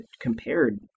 compared